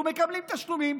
ומקבלים תשלומים,